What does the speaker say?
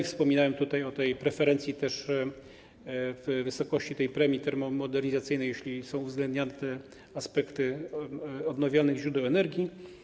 Wspominałem tutaj o preferencji w wysokości premii termomodernizacyjnej, jeśli są uwzględniane aspekty odnawialnych źródeł energii.